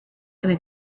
going